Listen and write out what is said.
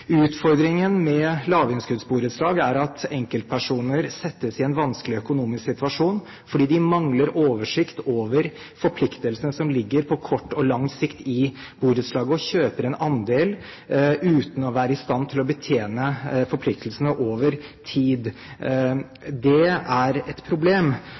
Utfordringen med lavinnskuddsborettslag er at enkeltpersoner settes i en vanskelig økonomisk situasjon fordi de mangler oversikt over forpliktelsene som på kort og på lang sikt ligger i borettslaget, og kjøper en andel uten å være i stand til å betjene forpliktelsene over tid. Det er et problem,